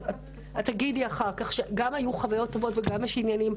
היו גם חוויות טובות וגם יש עניינים.